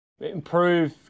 improve